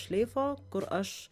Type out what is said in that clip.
šleifo kur aš